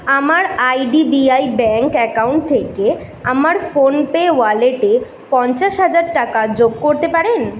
আমার IDBI bank account থেকে আমার ফোনপে ওয়ালেটে পঞ্চাশ হাজার টাকা যোগ করতে পারেন